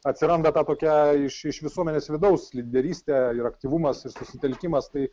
atsiranda ta tokia iš iš visuomenės vidaus lyderystė ir aktyvumas susitelkimas tai